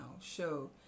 show